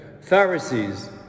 Pharisees